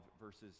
verses